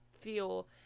feel